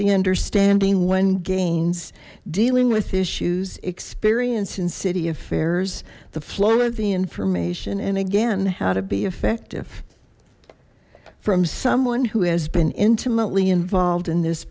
the understanding one gains dealing with issues experienced in city affairs the flow of the information and again how to be effective from someone who has been intimately involved in this